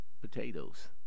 potatoes